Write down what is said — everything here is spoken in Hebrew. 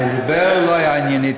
ההסבר לא היה ענייני,